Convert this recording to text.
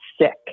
sick